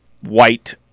white